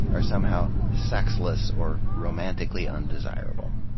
are somehow sexless or romantically undesirable.